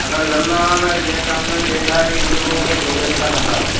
अगर लंबा में जैसे हमने देखा कि हम लोगों को दो दिन का सफर है